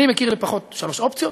אני מכיר לפחות שלוש אופציות